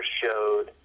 showed